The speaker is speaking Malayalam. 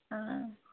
ആ